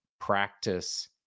practice